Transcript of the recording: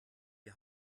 die